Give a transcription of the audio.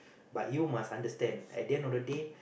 but you must understand at the end of the day